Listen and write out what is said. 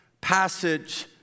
passage